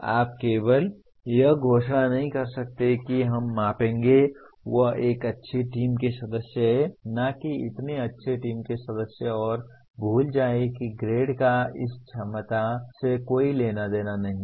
आप केवल यह घोषणा नहीं कर सकते हैं कि हम मापेंगे वह एक अच्छी टीम के सदस्य हैं न कि इतने अच्छे टीम के सदस्य और यह भूल जाएं कि ग्रेड का इस क्षमता से कोई लेना देना नहीं है